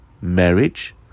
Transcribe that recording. Marriage